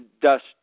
dust